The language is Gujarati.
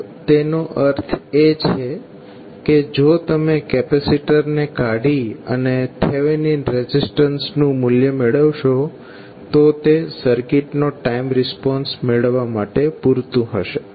તો તેનો અર્થ એ છે કે જો તમે કેપેસીટર ને કાઢી અને થેવેનિન રેઝિસ્ટન્સનું મૂલ્ય મેળવશો તો તે સર્કિટનો ટાઈમ રિસ્પોન્સ મેળવવાં માટે પૂરતૂ હશે